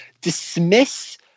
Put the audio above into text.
dismiss